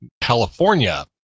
California